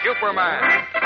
Superman